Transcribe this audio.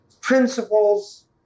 principles